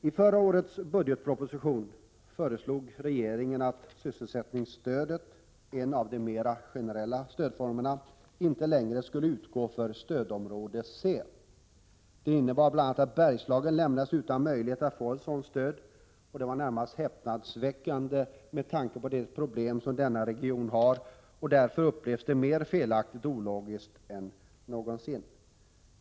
I förra årets budgetproposition föreslog regeringen att sysselsättningsstöd — som en av de mer generella stödformerna — inte längre skulle utgå för stödområde C. Det innebar bl.a. att Bergslagen lämnades utan möjligheter att få ett sådant stöd. Det var närmast häpnadsväckande med tanke på de problem som denna region har. Därför upplevs det mer felaktigt och ologiskt än någonsin.